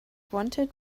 wanted